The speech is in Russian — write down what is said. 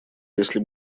если